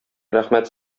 рәхмәт